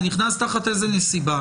זה איזו נסיבה זה נכנס?